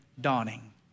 dawning